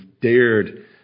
dared